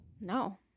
No